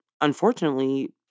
unfortunately